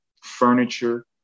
furniture